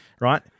Right